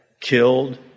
killed